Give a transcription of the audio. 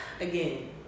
again